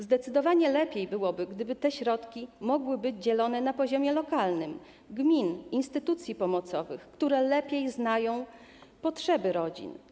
Zdecydowanie lepiej byłoby, gdyby te środki mogły być dzielone na poziomie lokalnym gmin, instytucji pomocowych, które lepiej znają potrzeby rodzin.